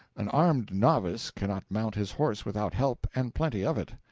an armed novice cannot mount his horse without help and plenty of it.